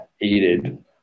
aided